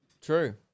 True